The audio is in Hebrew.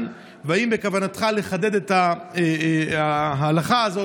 והאם בכוונתך לחדד את ההלכה הזאת,